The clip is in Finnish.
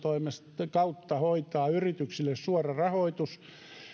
kautta hoitaa yrityksille suora rahoitus